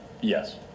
Yes